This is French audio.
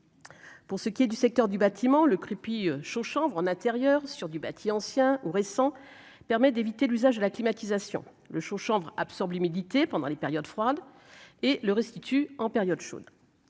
Pour ce qui est du secteur du bâtiment le crépi chaud chanvre en intérieur, sur du bâti ancien ou récent permet d'éviter l'usage de la climatisation, le show chambre absorbe l'humidité pendant les périodes froides et le restitue en période chaude,